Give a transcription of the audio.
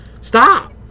Stop